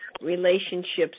relationships